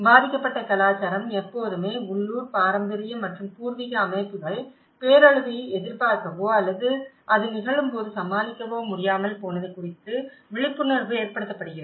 பாதிக்கப்பட்ட கலாச்சாரம் எப்போதுமே உள்ளூர் பாரம்பரிய மற்றும் பூர்வீக அமைப்புகள் பேரழிவை எதிர்பார்க்கவோ அல்லது அது நிகழும்போது சமாளிக்கவோ முடியாமல் போனது குறித்து விழிப்புணர்வு ஏற்படுத்தப்படுகிறது